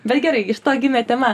bet gerai iš to gimė tema